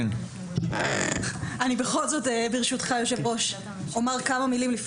אני בכל זאת ברשותך היושב ראש אומר כמה מילים.